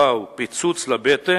וואו, פיצוץ לבטן,